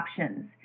options